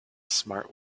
smart